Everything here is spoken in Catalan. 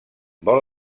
vol